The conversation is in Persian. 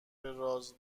راز